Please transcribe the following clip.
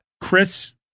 Chris